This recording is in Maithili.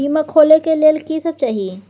बीमा खोले के लेल की सब चाही?